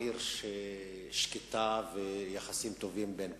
עיר שקטה שבה יחסים טובים בין כולם.